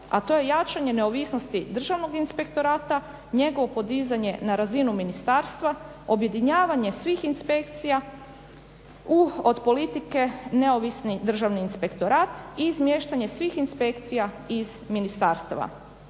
a to je jačanje neovisnosti državnog inspektorata, njegovo podizanje na razinu ministarstva, objedinjavanje svih inspekcija u od politike neovisni državni inspektorat i izmještanje svih inspekcija iz ministarstava.